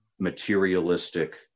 Materialistic